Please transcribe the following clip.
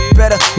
better